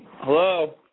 Hello